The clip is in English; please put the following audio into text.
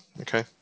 okay